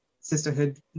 sisterhood